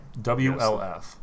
wlf